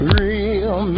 real